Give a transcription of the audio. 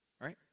Right